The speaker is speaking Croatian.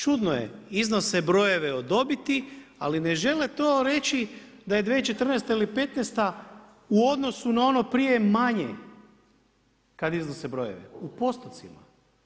Čudno je, iznose brojeve o dobiti, ali ne žele to reći da je 2014. ili 15. u odnosu na ono prije manje kada iznose brojeve u postocima.